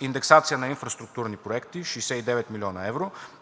индексация на инфраструктурни проекти – 69 млн. евро,